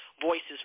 voices